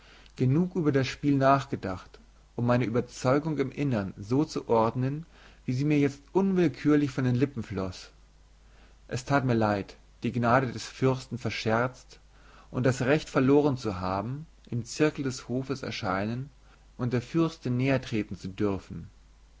genug über das spiel nachgedacht um meine überzeugung im innern so zu ordnen wie sie mir jetzt unwillkürlich von den lippen floß es tat mir leid die gnade des fürsten verscherzt und das recht verloren zu haben im zirkel des hofes erscheinen und der fürstin nähertreten zu dürfen